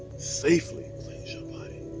safely cleanse your like